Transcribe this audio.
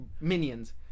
minions